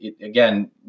again